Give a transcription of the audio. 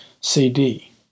CD